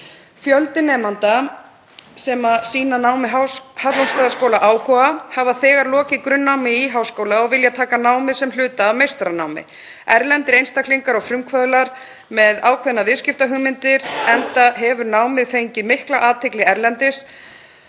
Fjöldi nemenda sem sýnir námi Hallormsstaðaskóla áhuga hefur þegar lokið grunnnámi í háskóla og vill taka námið sem hluta af meistaranámi; erlendir einstaklingar og frumkvöðlar með ákveðnar viðskiptahugmyndir, enda hefur námið fengið mikla athygli erlendis